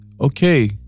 okay